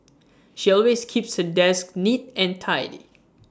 she always keeps her desks neat and tidy